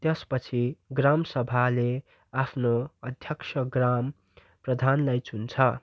त्यसपछि ग्राम सभाले आफ्नो अध्यक्ष ग्राम प्रधानलाई चुन्छ